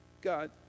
God